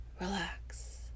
relax